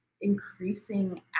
increasing